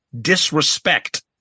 disrespect